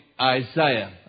Isaiah